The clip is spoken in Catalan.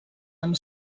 amb